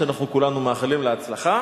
ואנחנו כולנו מאחלים לה הצלחה,